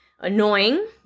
Annoying